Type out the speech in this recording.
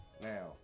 Now